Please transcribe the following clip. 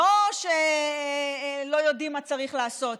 לא שלא יודעים מה צריך לעשות,